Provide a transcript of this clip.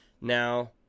now